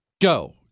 go